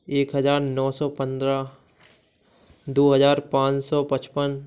एक हजार नौ सौ पंद्रह दो हजार पाँच सौ पचपन